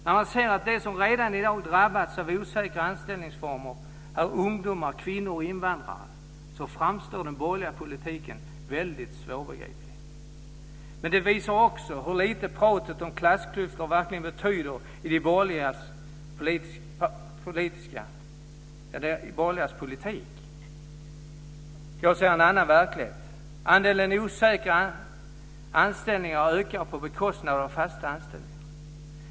När man ser att de som redan i dag drabbas av osäkra anställningsformer är ungdomar, kvinnor och invandrare framstår den borgerliga politiken som väldigt svårbegriplig. Men det visar också hur lite pratet om klassklyftor verkligen betyder i de borgerligas politik. Jag ser en annan verklighet. Andelen osäkra anställningar har ökat på bekostnad av fasta anställningar.